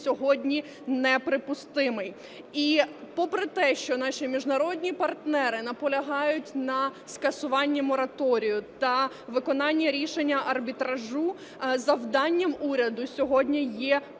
сьогодні неприпустимий. І попри те, що наші міжнародні партнери наполягають на скасуванні мораторію та виконанні рішення арбітражу, завданням уряду сьогодні є пояснити,